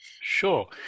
Sure